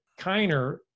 Kiner